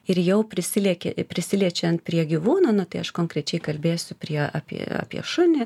ir jau prisilieki prisiliečiant prie gyvūno na tai aš konkrečiai kalbėsiu prie apie apie šunį